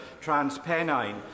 TransPennine